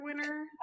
winner